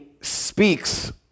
speaks